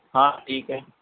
ہاں ٹھیک ہے